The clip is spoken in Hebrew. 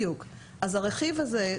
אז הרכיב הזה,